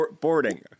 Boarding